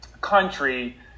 country